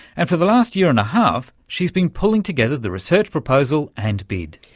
and for the last year and a half she's been pulling together the research proposal and bid.